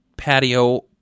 patio